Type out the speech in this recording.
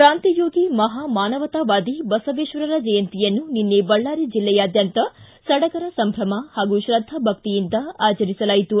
ಕಾಂತಿಯೋಗಿ ಮಹಾ ಮಾನವತಾವಾದಿ ಬಸವೇಶ್ವರರ ಜಯಂತಿಯನ್ನು ನಿನ್ನೆ ಬಳ್ದಾರಿ ಜಿಲ್ಲೆಯಾದ್ಗಾಂತ ಸಡಗರ ಸಂಭ್ರಮ ಹಾಗೂ ಶ್ರದ್ದಾ ಭಕ್ತಿಯಿಂದ ಆಚರಿಸಲಾಯಿತು